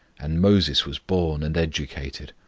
and moses was born and educated!